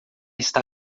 está